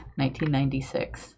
1996